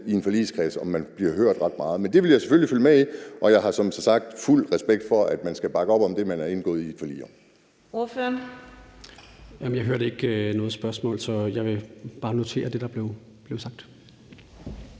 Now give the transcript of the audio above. i en forligskreds. Men det vil jeg selvfølgelig følge med i, og jeg har som sagt fuld respekt for, at man skal bakke op om det, man er indgået i et forlig om.